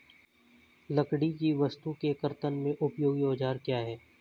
लकड़ी की वस्तु के कर्तन में उपयोगी औजार क्या हैं?